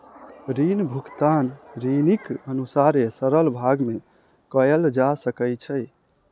ऋण भुगतान ऋणीक अनुसारे सरल भाग में कयल जा सकै छै